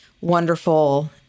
wonderful